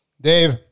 Dave